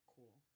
Cool